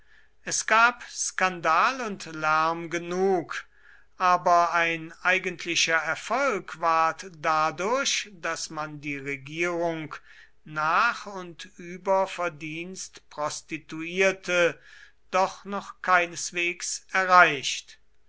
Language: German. es gab skandal und lärm genug aber ein eigentlicher erfolg ward dadurch daß man die regierung nach und über verdienst prostituierte doch noch keineswegs erreicht